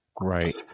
Right